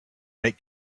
make